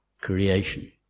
creation